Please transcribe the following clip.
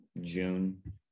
June